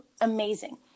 amazing